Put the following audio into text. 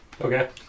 Okay